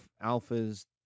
Alpha's